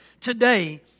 today